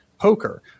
poker